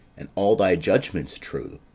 and all thy judgments true.